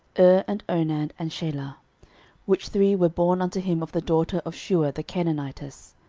and onan, and shelah which three were born unto him of the daughter of shua the canaanitess.